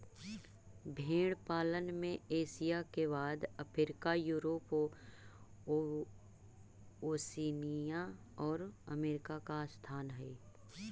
भेंड़ पालन में एशिया के बाद अफ्रीका, यूरोप, ओशिनिया और अमेरिका का स्थान हई